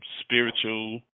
spiritual